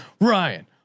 Ryan